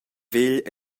vegl